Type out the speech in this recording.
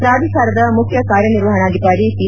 ಪ್ರಾಧಿಕಾರದ ಮುಖ್ಯ ಕಾರ್ಯನಿರ್ವಹಣಾಧಿಕಾರಿ ಪಿ